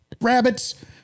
rabbits